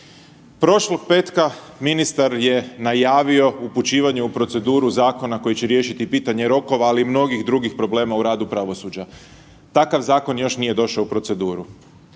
Prošlog petka ministar je najavio upućivanje u proceduru zakona koji će riješiti pitanje rokova, ali i mnogih drugih problema u radu pravosuđa. Takav zakon još nije došao u proceduru,